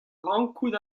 rankout